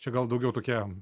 čia gal daugiau tokia